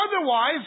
Otherwise